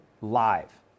live